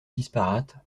disparate